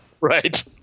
Right